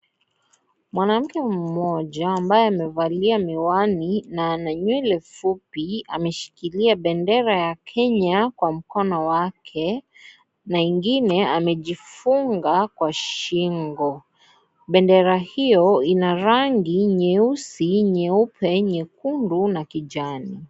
Mwanamke mmoja, ambaye amevalia miwani na ana nywele fupi, ameshika bendera ya Kenya, kwa mkono wake na ingine amejifunga kwa shingo. Bendera hiyo, ina rangi nyeusi, nyeupe, nyekundu na kijani.